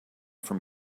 from